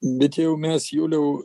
bent jau mes juliau